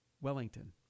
Wellington